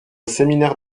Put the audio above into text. séminaire